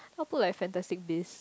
not put like Fantastic Beast